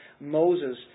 Moses